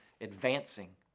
advancing